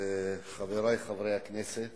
את חבר הכנסת